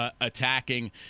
attacking –